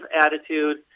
attitude